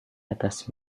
atas